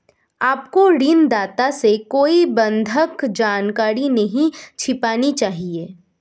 आपको ऋणदाता से कोई बंधक जानकारी नहीं छिपानी चाहिए